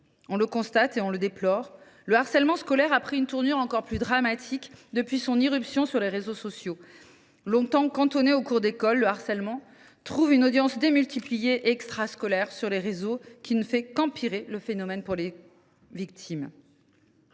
On le constate et on le déplore, le harcèlement scolaire a pris une tournure encore plus dramatique depuis son irruption sur les réseaux sociaux. Longtemps cantonné aux cours d’école, il trouve une audience démultipliée et extrascolaire sur les réseaux, qui ne fait qu’aggraver le phénomène pour les victimes.